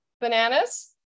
bananas